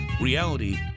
Reality